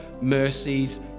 mercies